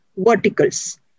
Verticals